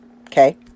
Okay